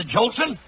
Jolson